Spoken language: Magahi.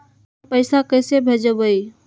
हम पैसा कईसे भेजबई?